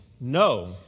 No